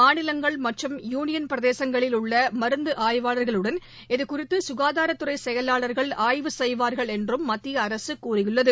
மாநிலங்கள் மற்றும் யுனியள் பிரதேசங்களில் உள்ளமருந்துஆய்வாளா்களுடன் இது குறித்துசுகாதாரத்துறைசெயலாளா்கள் ஆய்வு செய்வார்கள் என்றுமத்தியஅரசுகூறியுள்ளது